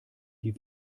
die